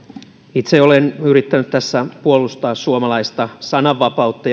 itse olen yrittänyt tässä puolustaa suomalaista sananvapautta